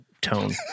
tone